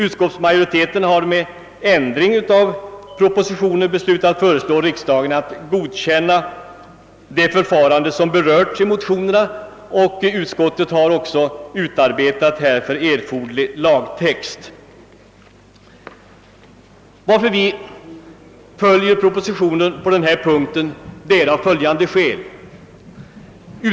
Utskottsmajoriteten har med ändring av propositionen beslutat föreslå riksdagen att godkänna det förfarande som föreslagits i motionerna, och utskottet har också utarbetat härför erforderlig lagtext. Vi socialdemokrater har däremot följt propositionen och detta av följande skäl.